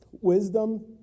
wisdom